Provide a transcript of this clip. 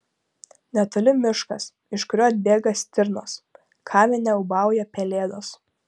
netoli miškas iš kurio atbėga stirnos kamine ūbauja pelėdos